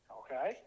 okay